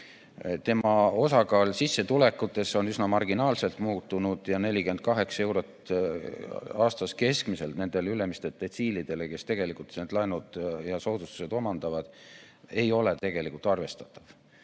Tema osakaal sissetulekutes on üsna marginaalseks muutunud. 48 eurot aastas keskmiselt nendele ülemistele detsiilidele, kes tegelikult neid laene ja selle soodustuse omandavad, ei ole arvestatav.